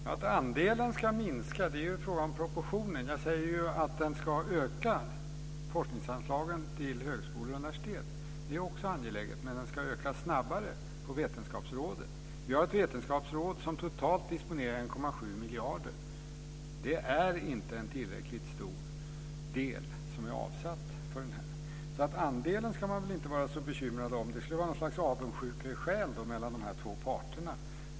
Fru talman! Att andelen ska minska är en fråga om proportioner. Jag säger ju att forskningsanslagen till högskolor och universitet ska öka. Det är också angeläget. Men de ska öka snabbare till Vetenskapsrådet. Vi har ett Vetenskapsråd som totalt disponerar 1,7 miljarder. Det är inte en tillräckligt stor del som är avsatt. Andelen ska man väl inte vara så bekymrad om. Det skulle vara av något slags avundsjukeskäl mellan de två parterna.